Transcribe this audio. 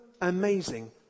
amazing